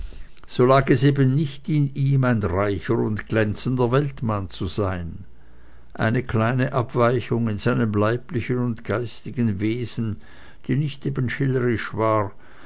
so lag es eben nicht in ihm ein reicher und glänzender weltmann zu sein eine kleine abweichung in seinem leiblichen und geistigen wesen die eben nicht schillerisch war